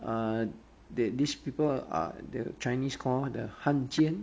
uh the these people are the chinese call the 汉奸